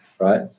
right